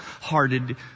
hearted